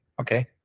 Okay